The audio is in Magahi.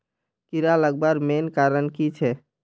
कीड़ा लगवार मेन कारण की छे?